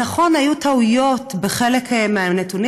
נכון, היו טעויות בחלק מהנתונים.